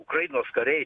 ukrainos kariai